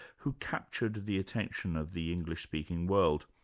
who captured the attention of the english-speaking world.